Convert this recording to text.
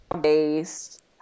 based